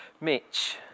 Mitch